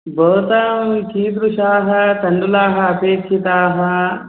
भवते कीदृशाः तण्डुलाः अपेक्षिताः